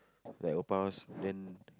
like open house then